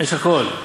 יש הכול.